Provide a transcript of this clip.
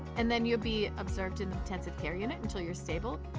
and then you'll be observed in the intensive care unit until you're stable,